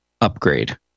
upgrade